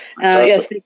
Yes